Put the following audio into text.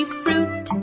fruit